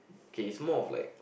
kay is more of like